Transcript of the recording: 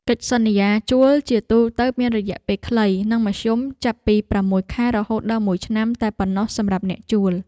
កិច្ចសន្យាជួលជាទូទៅមានរយៈពេលខ្លីនិងមធ្យមចាប់ពីប្រាំមួយខែរហូតដល់មួយឆ្នាំតែប៉ុណ្ណោះសម្រាប់អ្នកជួល។